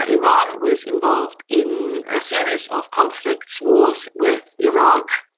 ah iran was involved in a series of conflicts, wars with iraq.